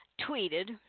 tweeted